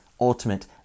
ultimate